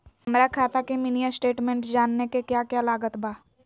हमरा खाता के मिनी स्टेटमेंट जानने के क्या क्या लागत बा?